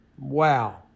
Wow